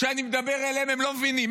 שכשאני מדבר אליהם הם לא מבינים.